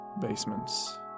basements